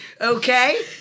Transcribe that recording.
okay